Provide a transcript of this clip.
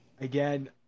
Again